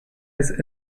his